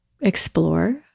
explore